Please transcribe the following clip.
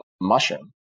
mushroom